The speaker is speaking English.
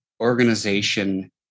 organization